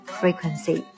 frequency